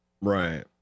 Right